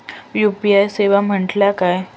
UPI सेवा म्हटल्या काय?